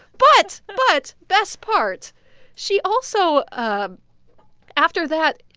but but best part she also ah after that,